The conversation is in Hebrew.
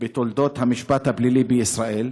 בתולדות המשפט הפלילי בישראל,